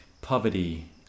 poverty